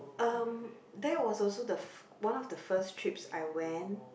um that was also the one of the first trips I went